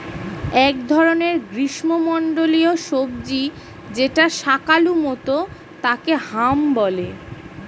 এক ধরনের গ্রীষ্মমন্ডলীয় সবজি যেটা শাকালু মতো তাকে হাম বলে